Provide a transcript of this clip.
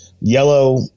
yellow